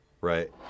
right